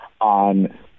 on –